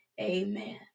Amen